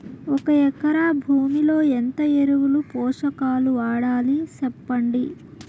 ఒక ఎకరా భూమిలో ఎంత ఎరువులు, పోషకాలు వాడాలి సెప్పండి?